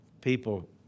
people